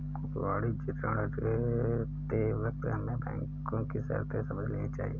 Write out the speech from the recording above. वाणिज्यिक ऋण लेते वक्त हमें बैंको की शर्तें समझ लेनी चाहिए